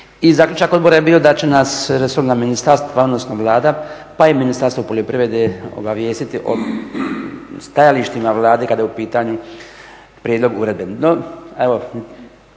zaključak odbora da će nas resorna ministarstva odnosno Vlada pa i Ministarstvo poljoprivrede obavijestiti o stajalištima Vlade kada je u pitanju prijedlog uredbe.